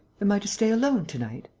am i to stay alone to-night?